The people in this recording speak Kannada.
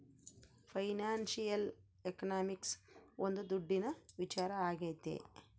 ಫೈನಾನ್ಶಿಯಲ್ ಎಕನಾಮಿಕ್ಸ್ ಒಂದ್ ದುಡ್ಡಿನ ವಿಚಾರ ಆಗೈತೆ